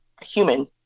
human